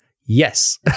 Yes